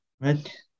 right